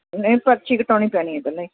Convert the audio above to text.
ਨਹੀਂ ਪਰਚੀ ਕਟਵਾਉਣੀ ਪੈਣੀ ਆ ਪਹਿਲਾਂ ਹੀ